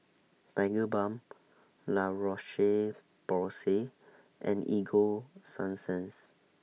Tigerbalm La Roche Porsay and Ego Sunsense